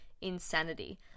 insanity